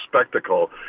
spectacle